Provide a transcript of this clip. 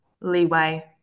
leeway